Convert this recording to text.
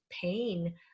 pain